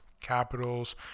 capitals